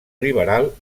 liberal